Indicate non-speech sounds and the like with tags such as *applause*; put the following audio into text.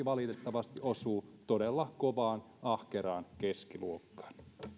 *unintelligible* valitettavasti osuvat todella kovaa ahkeraan keskiluokkaan